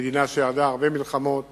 מדינה שידעה הרבה מלחמות